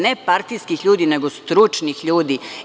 Ne partijskih ljudi, nego stručnih ljudi.